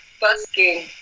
busking